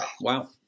Wow